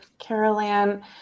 Carolyn